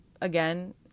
again